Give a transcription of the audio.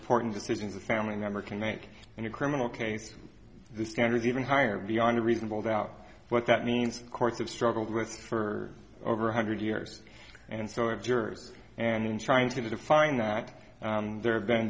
important decisions a family member can make in a criminal case the standards even higher beyond a reasonable doubt what that means courts have struggled with for over a hundred years and so have jurors and trying to find that there have been